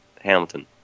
Hamilton